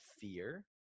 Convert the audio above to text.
fear